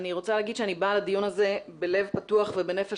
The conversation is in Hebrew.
אני רוצה לומר שאני באה לדיון הזה בלב פתוח ובנפש